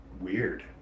Weird